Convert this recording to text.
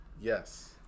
yes